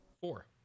four